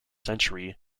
century